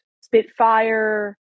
spitfire